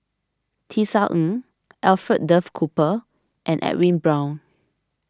Tisa Ng Alfred Duff Cooper and Edwin Brown